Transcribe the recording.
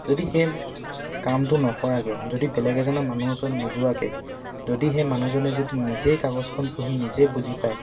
যদি সেই কামটো নকৰাকৈ যদি বেলেগ এজনৰ মানুহ ওচৰত নোযোৱাকৈ যদি সেই মানুহজনে যদি নিজেই কাগজখন পঢ়ি নিজে বুজি পায়